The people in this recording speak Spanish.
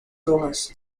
hojas